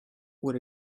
what